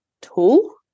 tool